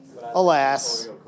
Alas